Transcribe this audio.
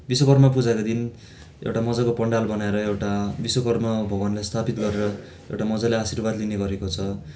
विश्वकर्म पूजाको दिन एउटा मज्जाको पन्डाल बनाएर एउटा विश्वकर्म भगवान्लाई स्थापित गरेर एउटा मज्जाले आशीर्वाद लिने गरेको छ